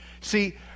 See